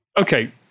Okay